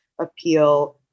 appeal